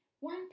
One